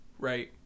Right